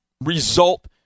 result